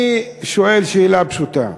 אני שואל שאלה פשוטה: